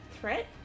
threat